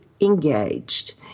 engaged